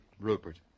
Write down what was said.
Rupert